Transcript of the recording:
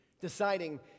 deciding